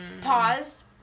Pause